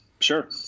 Sure